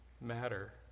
matter